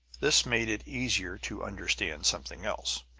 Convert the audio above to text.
this made it easier to understand something else.